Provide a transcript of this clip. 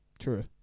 True